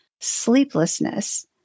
sleeplessness